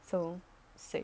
so sick